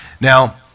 now